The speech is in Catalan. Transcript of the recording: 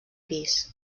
pis